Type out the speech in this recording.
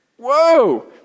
Whoa